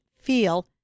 feel